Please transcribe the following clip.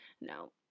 No